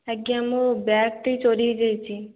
ଆଜ୍ଞା ମୋ ବ୍ୟାଗ୍ଟି ଚୋରି ହୋଇଯାଇଛି